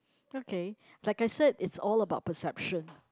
okay like I said it's all about perception